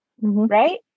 right